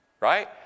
right